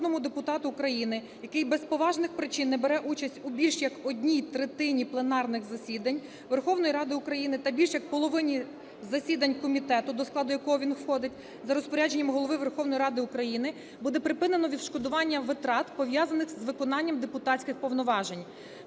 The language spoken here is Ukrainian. депутату України, який без поважних причин не бере участь у більш як одній третині пленарних засідань Верховної Ради України та більш як половині засідань комітету, до складу якого він входить, за розпорядження Голови Верховної Ради України буде припинено відшкодування витрат, пов'язаних з виконанням депутатських повноважень.